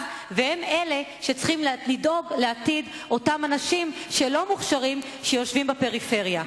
והם שצריכים לדאוג לעתיד של אותם אנשים לא מוכשרים שיושבים בפריפריה.